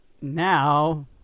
Now